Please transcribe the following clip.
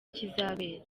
kizabera